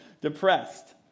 depressed